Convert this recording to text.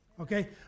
okay